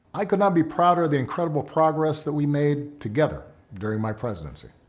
i could not be prouder of the incredible progress that we made together during my presidency.